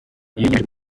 yiyemeje